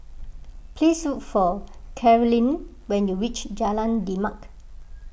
please look for Carlyle when you reach Jalan Demak